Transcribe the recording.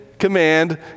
command